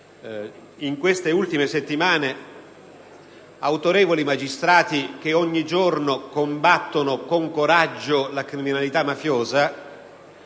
In queste ultime settimane autorevoli magistrati che ogni giorno combattono con coraggio la criminalità mafiosa